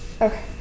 Okay